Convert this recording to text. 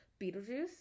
Beetlejuice